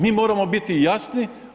Mi moramo biti jasni.